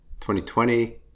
2020